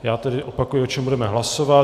Já tedy opakuji, o čem budeme hlasovat.